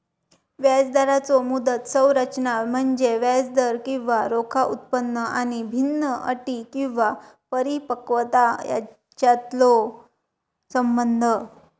व्याजदराचो मुदत संरचना म्हणजे व्याजदर किंवा रोखा उत्पन्न आणि भिन्न अटी किंवा परिपक्वता यांच्यातलो संबंध